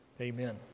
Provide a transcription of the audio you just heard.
Amen